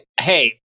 hey